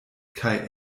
kaj